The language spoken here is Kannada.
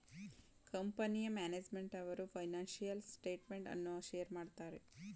ಕಂಪನಿಯ ಮ್ಯಾನೇಜ್ಮೆಂಟ್ನವರು ಫೈನಾನ್ಸಿಯಲ್ ಸ್ಟೇಟ್ಮೆಂಟ್ ಅನ್ನು ಶೇರ್ ಮಾಡುತ್ತಾರೆ